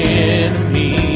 enemy